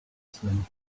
swing